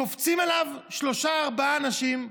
קופצים עליו שלושה-ארבעה אנשים,